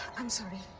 i'm sorry.